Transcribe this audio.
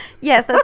Yes